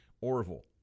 Orville